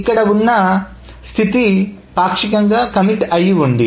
ఇక్కడ ఉన్న స్థితి పాక్షికంగా కమిట్ అయి ఉంది